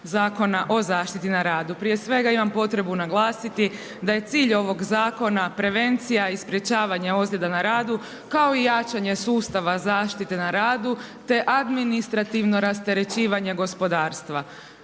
Zakona o zaštiti na radu. Prije svega imam potrebu naglasiti da je cilj ovog zakona prevencija i sprečavanje ozljeda na radu, kao i jačanje sustava zaštite na radu te administrativno rasterećivanje gospodarstva.